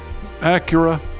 Acura